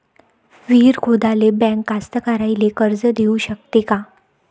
विहीर खोदाले बँक कास्तकाराइले कर्ज देऊ शकते का?